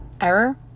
Error